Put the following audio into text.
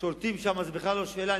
שולטים שם, זו בכלל לא שאלה.